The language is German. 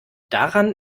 daran